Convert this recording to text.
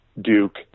Duke